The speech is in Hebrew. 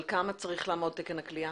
על כמה צריך לעמוד תקן הכליאה?